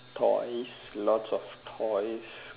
toys lots of toys